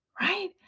Right